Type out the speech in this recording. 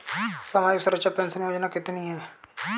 सामाजिक सुरक्षा पेंशन योजना कितनी हैं?